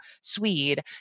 swede